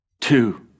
two